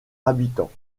habitants